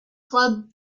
club